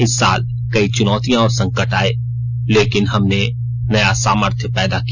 इस साल कई चुनौतियां और संकट आए लेकिन हमने नया सामर्थ्य पैदा किया